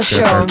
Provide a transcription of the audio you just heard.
Show